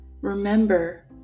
remember